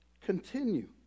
continue